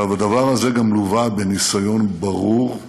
אבל הדבר הזה גם לווה בניסיון ברור,